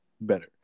better